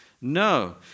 No